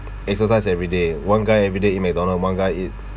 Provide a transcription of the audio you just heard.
exercise every day one guy everyday eat mcdonald one guy eat